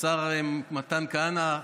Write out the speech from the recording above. השר מתן כהנא,